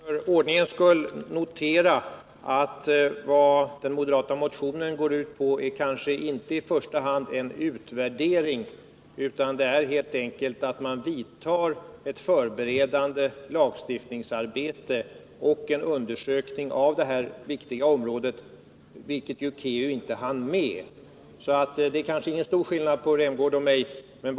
Fru talman! Låt mig för ordningens skull notera att vad den moderata motionen går ut på är kanske inte i första hand en utvärdering, utan det är helt enkelt att man bör vidta ett förberedande lagstiftningsarbete och en undersökning av detta viktiga område, vilket ju KEU inte hann med. Det är därför kanske inte någon stor skillnad i åsikt mellan Rolf Rämgård och mig.